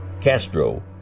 Castro